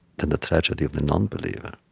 than the tragedy of the nonbeliever